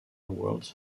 award